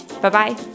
Bye-bye